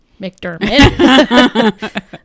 McDermott